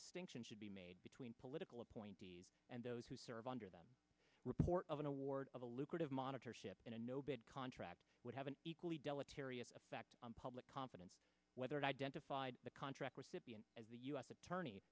distinction should be made between political appointees and those who serve under that report of an award of a lucrative monitor ship in a no bid contract would have an equally deleterious effect on public confidence whether it identified the contract recipient as the us attorney